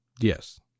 Yes